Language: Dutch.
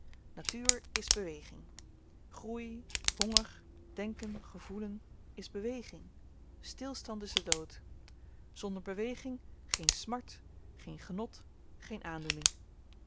natuur is beweging groei honger denken gevoelen is beweging stilstand is de dood zonder beweging geen smart geen genot geen aandoening